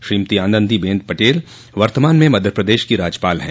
श्रीमती आनंदी बेन पटेल वर्तमान में मध्यप्रदेश की राज्यपाल हैं